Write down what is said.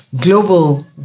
global